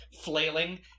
flailing